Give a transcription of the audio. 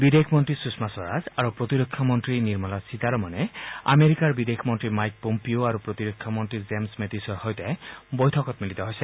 বিদেশ মন্ত্ৰী সুষমা স্বৰাজ আৰু প্ৰতিৰক্ষামন্ত্ৰী নিৰ্মলা সীতাৰমণে আমেৰিকাৰ বিদেশ মন্তী মাইক পম্পিঅ' আৰু প্ৰতিৰক্ষা মন্তী জেমছ মেটিছৰ সৈতে বৈঠকত মিলিত হৈছে